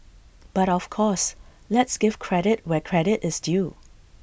but of course let's give credit where credit is due